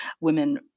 women